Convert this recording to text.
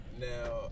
Now